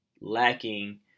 lacking